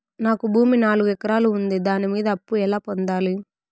నాకు భూమి నాలుగు ఎకరాలు ఉంది దాని మీద అప్పు ఎలా పొందాలి?